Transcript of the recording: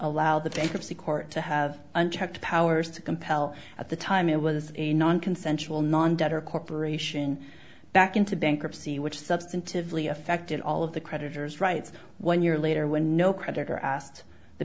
allow the bankruptcy court to have unchecked powers to compel at the time it was a non consentual non debtor corporation back into bankruptcy which substantively affected all of the creditors rights one year later when no creditor asked the